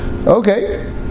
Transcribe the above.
Okay